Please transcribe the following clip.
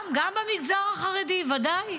--- גם, גם במגזר החרדי, ודאי.